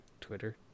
Twitter